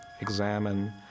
examine